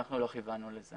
אנחנו לא כיוונו לזה.